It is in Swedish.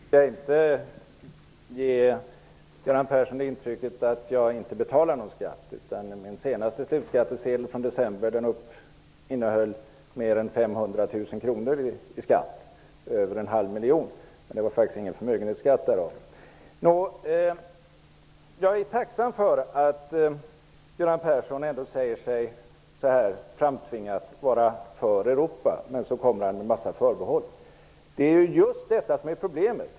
Fru talman! Jag skall inte ge Göran Persson det intrycket att jag inte betalar någon skatt. Min senaste slutskattesedel från december innebar mer än 500 000 kr i skatt -- över en halv miljon. Det var faktiskt ingen förmögenhetsskatt. Jag är tacksam för att Göran Persson ändå, även om det är framtvingat, säger sig vara för Europa. Men så kommer han med en massa förbehåll. Det är ju just detta som är problemet.